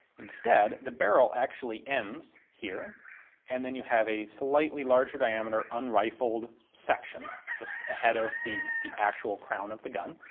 instead the barrel actually ends here and then you have a slightly larger diameter un-rifled section just ahead of the the actual crown of the gun.